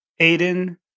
Aiden